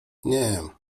nie